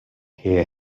hear